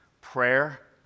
prayer